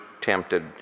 tempted